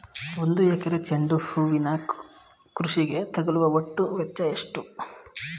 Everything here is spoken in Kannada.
ಒಂದು ಎಕರೆ ಚೆಂಡು ಹೂವಿನ ಕೃಷಿಗೆ ತಗಲುವ ಒಟ್ಟು ವೆಚ್ಚ ಎಷ್ಟು?